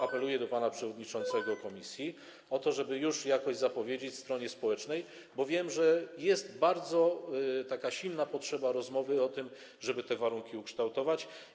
Apeluję do pana przewodniczącego komisji o to, żeby już zapowiedzieć to stronie społecznej, bo wiem, że jest bardzo silna potrzeba rozmowy o tym, żeby te warunki ukształtować.